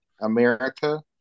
America